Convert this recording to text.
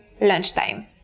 lunchtime